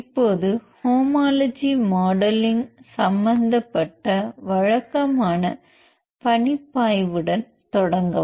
இப்போது homology modelling சம்பந்தப்பட்ட வழக்கமான பணிப்பாய்வுடன் தொடங்கவும்